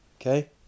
okay